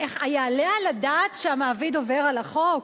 היעלה על הדעת שהמעביד עובר על החוק?